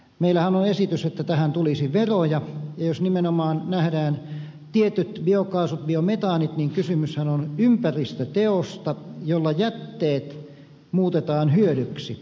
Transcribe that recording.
meillähän on esitys että tähän tulisi veroja ja jos nimenomaan nähdään tietyt biokaasut biometaanit niin kysymyshän on ympäristöteosta jolla jätteet muutetaan hyödyksi